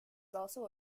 also